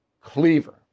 Cleaver